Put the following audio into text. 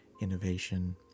innovation